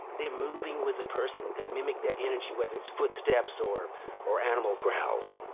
they're moving with the person they mimic that energy whether it's footsteps or or animal growls.